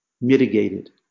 mitigated